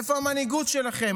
איפה המנהיגות שלכם?